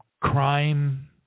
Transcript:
crime